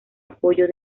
apoyo